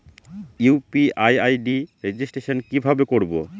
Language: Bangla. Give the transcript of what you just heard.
ইউ.পি.আই আই.ডি রেজিস্ট্রেশন কিভাবে করব?